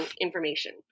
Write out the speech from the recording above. information